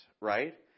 right